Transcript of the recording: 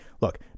Look